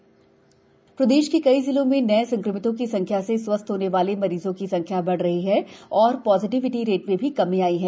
प्रदेश corona प्रदेश के कई जिलों में नए संक्रमितों की संख्या से स्वस्थ होने वाले मरीजों की संख्या बढ़ रही है और पॉजीटिविटी रेट में कमी आई है